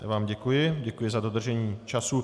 Já vám děkuji, děkuji za dodržení času.